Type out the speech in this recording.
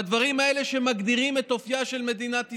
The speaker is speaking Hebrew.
בדברים האלה, שמגדירים את אופייה של מדינת ישראל,